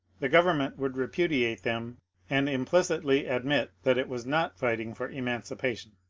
the government would repudiate them and impli citly admit that it was not fighting for emancipation.